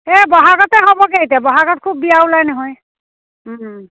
এই বহাগতে হ'বগৈ এতিয়া বহাগত খুব বিয়া ওলায় নহয়